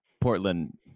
Portland